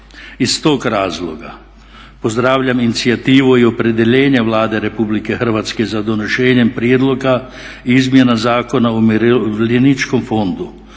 Iz tog razloga pozdravljam inicijativu i opredjeljenje Vlade Republike Hrvatske za donošenjem prijedloga izmjena Zakona o Umirovljeničkom fondu.